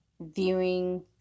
viewing